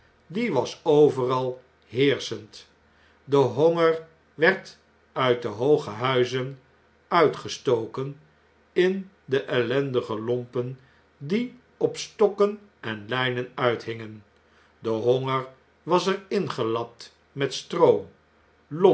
die was overal heerschend de honger werd uit de hooge huizen uitgestoken in de ellendige lompen die op stokken en lijnen uithingen de honger was er ingelapt met stroo